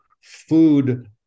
food